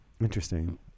interesting